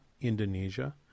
Indonesia